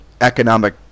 economic